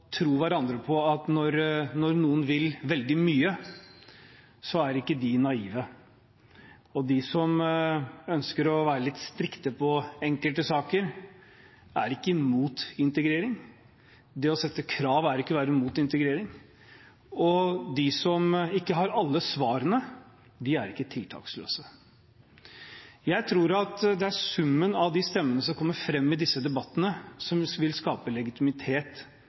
tro hverandre på at når noen vil veldig mye, er de ikke naive. Og de som ønsker å være litt strikte på enkelte saker, er ikke imot integrering. Det å sette krav er ikke å være imot integrering. De som ikke har alle svarene, er ikke tiltaksløse. Jeg tror det er summen av de stemmene som kommer fram i disse debattene, som vil skape legitimitet